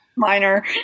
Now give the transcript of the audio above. minor